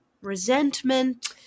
resentment